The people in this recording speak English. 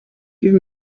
give